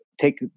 take